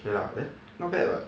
okay lah then not bad [what]